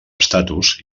estatus